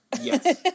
Yes